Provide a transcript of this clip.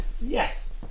Yes